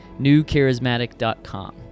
newcharismatic.com